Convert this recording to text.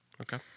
Okay